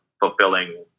fulfilling